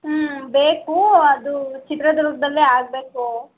ಹ್ಞೂ ಬೇಕು ಅದೂ ಚಿತ್ರದುರ್ಗದಲ್ಲೇ ಆಗಬೇಕು